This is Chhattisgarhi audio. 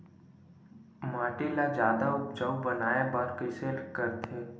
माटी ला जादा उपजाऊ बनाय बर कइसे करथे?